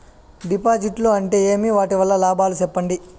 డిపాజిట్లు అంటే ఏమి? వాటి వల్ల లాభాలు సెప్పండి?